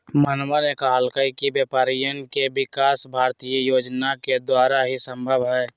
मोहनवा ने कहल कई कि व्यापारियन के विकास भारतीय योजना के द्वारा ही संभव हई